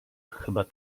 chyba